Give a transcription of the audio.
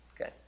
Okay